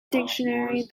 dictionary